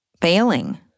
failing